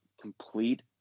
complete